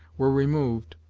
were removed,